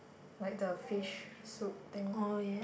like that the fish food thing